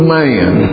man